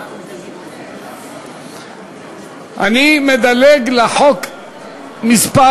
אני מדלג לסעיף מס'